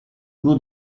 uno